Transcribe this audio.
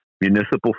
municipal